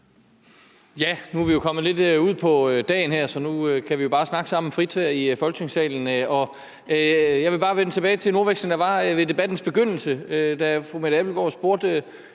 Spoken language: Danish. Nu er vi jo kommet lidt ud på dagen, så nu kan vi bare snakke frit sammen her i Folketingssalen. Jeg vil bare vende tilbage til en ordveksling, der var ved debattens begyndelse, da fru Mette Abildgaard spurgte